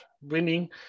winning